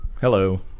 hello